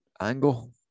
angle